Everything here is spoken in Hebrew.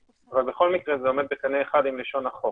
בכל מקרה זה עומד בקנה אחד עם לשון החוק.